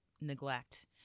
neglect